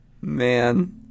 Man